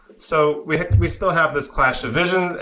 so we we still have this clash of visions,